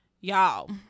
Y'all